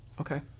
Okay